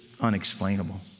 unexplainable